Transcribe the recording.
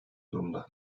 durumda